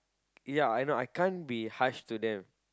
ya I know I can't be harsh to them